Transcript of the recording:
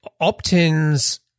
opt-ins